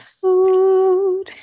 food